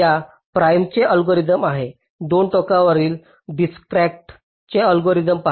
या प्राइमPrim's चे अल्गोरिदम आणि 2 टोकावरील डिजकस्ट्राDijkstra's चे अल्गोरिदम पहा